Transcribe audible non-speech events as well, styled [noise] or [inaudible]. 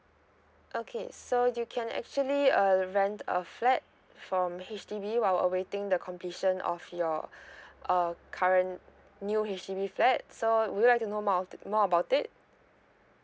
okay so you can actually uh rent a flat from H_D_B while awaiting the completion of your [breath] uh current new H_D_B flat so would you like to know more more about it